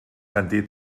kein